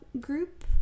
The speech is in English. group